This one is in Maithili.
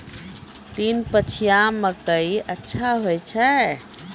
तीन पछिया मकई अच्छा होय छै?